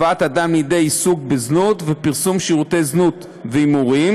הבאת אדם לידי עיסוק בזנות ופרסום שירותי זנות והימורים.